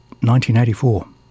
1984